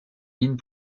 mines